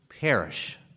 perish